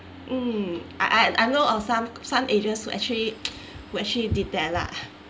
mm I I I know of some some agents who actually who actually did that lah